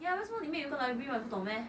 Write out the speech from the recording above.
yeah 为什么里面有一个 library 你不懂 meh